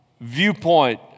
viewpoint